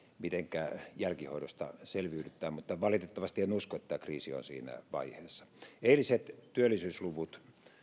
mitenkä jälkihoidosta selviydytään mutta valitettavasti en usko että kriisi on siinä vaiheessa eiliset työllisyysluvut